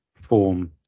form